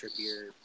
Trippier